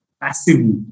passively